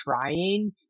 trying